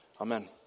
amen